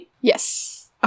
Yes